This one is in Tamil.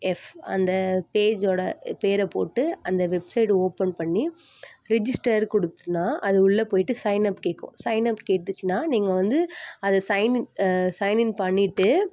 எஃப் அந்த பேஜோட பேரைப் போட்டு அந்த வெப்சைடு ஓப்பன் பண்ணி ரிஜிஸ்டர் கொடுத்தோனா அது உள்ளே போயிட்டு சைனப் கேட்கும் சைனப் கேட்டுச்சுன்னா நீங்கள் வந்து அது சைனின் சைனின் பண்ணிவிட்டு